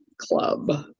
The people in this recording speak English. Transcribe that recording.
Club